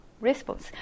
response